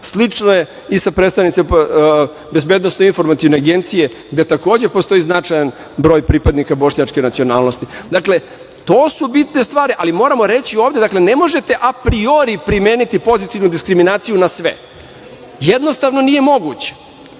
Slično je i sa predstavnicima BIA, gde takođe postoji značajan broj pripadnika bošnjačke nacionalnosti. Dakle, to su bitne stvari, ali moramo reći ovde, dakle, ne možete apriori primeniti pozitivnu diskriminaciju na sve. Jednostavno, nije moguće. Ponosan